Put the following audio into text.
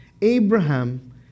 Abraham